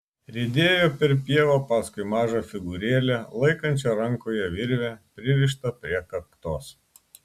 riedėjo per pievą paskui mažą figūrėlę laikančią rankoje virvę pririštą prie kaktos